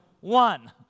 one